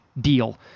deal